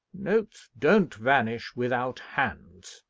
notes don't vanish without hands,